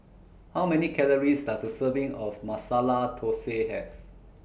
How Many Calories Does A Serving of Masala Thosai Have